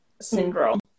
syndrome